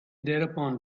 thereupon